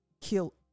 kill